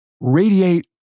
radiate